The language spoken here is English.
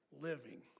living